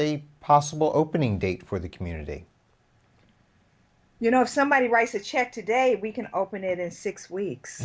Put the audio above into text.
a possible opening date for the community you know if somebody writes a check today we can open it in six weeks